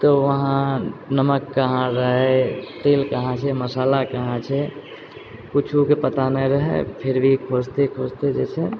तऽ वहाँ नमक कहाँ रहै तेल कहाँ छै मसाला कहाँ छै कुछौके पता नहि रहै फिर भी खोजते खोजते जे छै